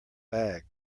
bag